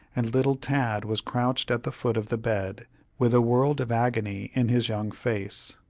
and little tad was crouched at the foot of the bed with a world of agony in his young face.